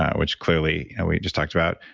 which clearly and we just talked about,